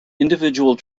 individual